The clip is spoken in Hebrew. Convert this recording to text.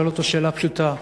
שואל אותו שאלה פשוטה,